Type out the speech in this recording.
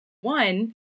one